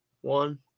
one